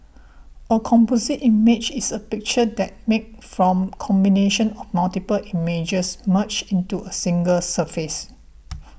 a composite image is a picture that's made from the combination of multiple images merged into a single surface